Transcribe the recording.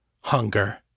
Hunger